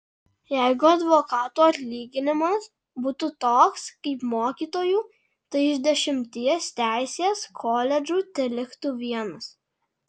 jeigu advokatų atlyginimas būtų toks kaip mokytojų tai iš dešimties teisės koledžų teliktų vienas